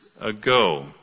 ago